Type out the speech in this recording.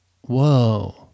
whoa